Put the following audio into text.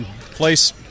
place